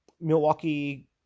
Milwaukee